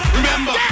remember